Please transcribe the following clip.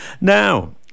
now